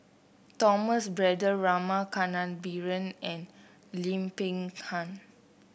Thomas Braddell Rama Kannabiran and Lim Peng Han